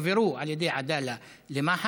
הם הועברו על ידי עדאלה למח"ש.